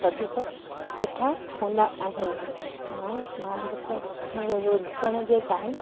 वधीक सुठा हूंदा आहिनि ऐं मां ढु र र डुकण जे टाइम